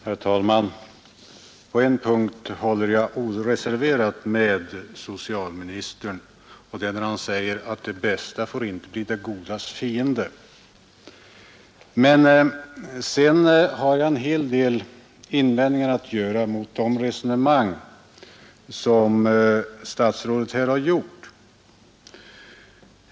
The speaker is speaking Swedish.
Herr talman! På en punkt håller jag oreserverat med socialministern, och det är när han säger att det bästa inte får bli det godas fiende. Men sedan har jag en hel del invändningar mot det resonemang som statsrådet för.